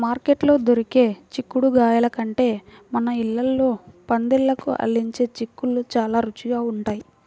మార్కెట్లో దొరికే చిక్కుడుగాయల కంటే మన ఇళ్ళల్లో పందిళ్ళకు అల్లించే చిక్కుళ్ళు చానా రుచిగా ఉంటయ్